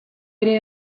ere